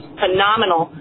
phenomenal